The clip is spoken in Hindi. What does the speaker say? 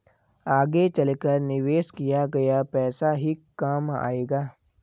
आगे चलकर निवेश किया गया पैसा ही काम आएगा